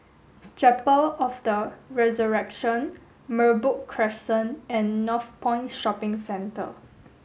Chapel of the Resurrection Merbok Crescent and Northpoint Shopping Centre